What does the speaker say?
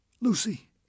Lucy